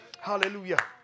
Hallelujah